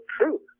truth